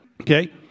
Okay